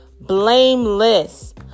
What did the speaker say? blameless